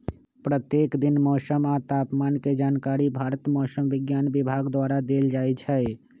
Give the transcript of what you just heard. प्रत्येक दिन मौसम आ तापमान के जानकारी भारत मौसम विज्ञान विभाग द्वारा देल जाइ छइ